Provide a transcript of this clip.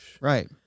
Right